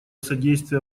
содействия